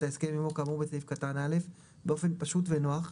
ההסכם עמו כאמור בסעיף קטן (א) באופן פשוט ונוח,